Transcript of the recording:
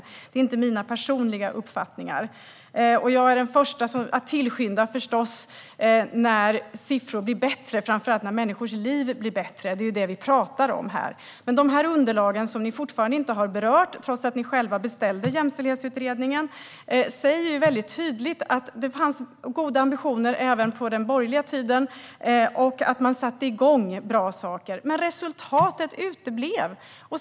Det är alltså inte min personliga uppfattning. Jag är förstås den första att tillskynda när siffror blir bättre, och framför allt när människors liv blir bättre. Det är detta vi talar om här. De underlag som ni fortfarande inte har berört, trots att ni själva beställde jämställdhetsutredningen, säger väldigt tydligt att det fanns goda ambitioner även på den borgerliga tiden och att man satte igång bra saker men att resultaten uteblev.